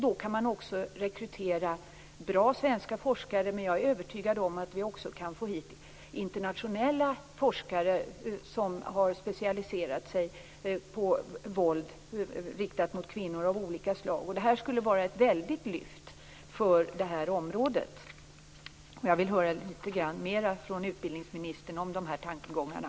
Då går det att rekrytera bra svenska forskare. Jag är övertygad om att det går att få hit internationella forskare som har specialiserat sig på våld riktat mot kvinnor. Det skulle vara ett väldigt lyft för området. Jag vill höra mer från utbildningsministern om tankegångarna.